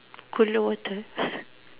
cooler water